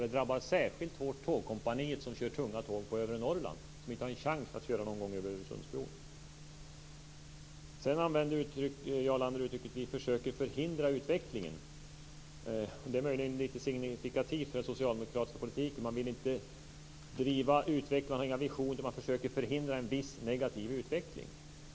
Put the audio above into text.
Det drabbar särskilt hårt Tågkompaniet, som kör tunga tåg på övre Norrland och som inte har en chans att någon gång köra över Öresundsbron. Jarl Lander använde vidare formuleringen att vi försöker förhindra utvecklingen. Det är möjligen lite signifikativt för den socialdemokratiska politiken. Man vill inte driva utvecklingen. Man har inga visioner, utan man försöker förhindra en viss negativ utveckling.